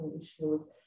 issues